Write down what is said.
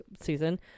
season